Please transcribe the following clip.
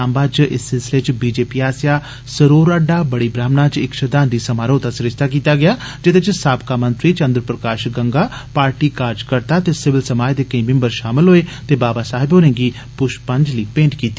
साम्बा च इस सिलसिले च बी जे पी आस्सेआ सरोर अड्डा बड़ी ब्राहमणा च इक श्रृद्दांजलि समारोह दा सरिसता कीता गेआ जेदे च साबका मंत्री चन्द्र प्रकाष गंगा पार्टी काजकर्ता ते सिविल समाज दे केई मिम्बर षामल होए ते बाबा साहेब होरें गी पुश्पांजलि भेंट कीती